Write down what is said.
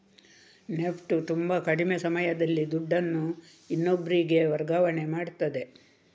NEFT ತುಂಬಾ ಕಡಿಮೆ ಸಮಯದಲ್ಲಿ ದುಡ್ಡನ್ನು ಇನ್ನೊಬ್ರಿಗೆ ವರ್ಗಾವಣೆ ಮಾಡ್ತದೆ